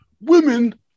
Women